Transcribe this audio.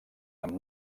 amb